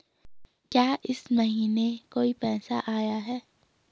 क्या इस महीने कोई पैसा आया है?